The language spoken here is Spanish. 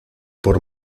por